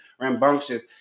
rambunctious